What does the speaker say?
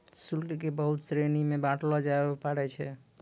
शुल्क क बहुत श्रेणी म बांटलो जाबअ पारै छै